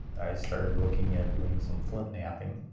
i started looking at doing some flintknapping.